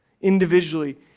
individually